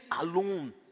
alone